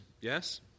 Yes